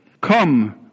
Come